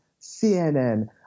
CNN